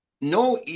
No